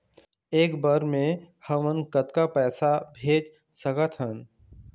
एक बर मे हमन कतका पैसा भेज सकत हन?